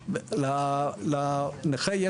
הנכה.